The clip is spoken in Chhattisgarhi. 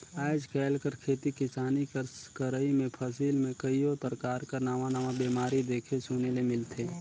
आएज काएल कर खेती किसानी कर करई में फसिल में कइयो परकार कर नावा नावा बेमारी देखे सुने ले मिलथे